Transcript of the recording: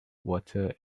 water